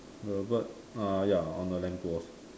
the bird uh ya on the lamppost